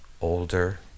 older